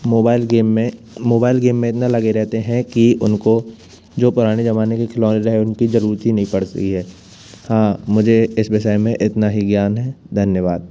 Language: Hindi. मोबाइल गेम में मोबाइल गेम में इतना लगे रहते हैं कि उनको जो पुराने ज़माने के खिलौने रहे उनकी ज़रूरत ही नहीं पड़ती है हाँ मुझे इस विषय में इतना ही ज्ञान है धन्यवाद